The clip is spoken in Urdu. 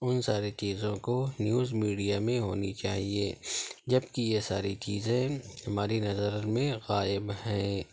ان ساری چیزوں کو نیوز میڈیا میں ہونی چاہیے جب کہ یہ ساری چیزیں ہماری نظر میں غائب ہیں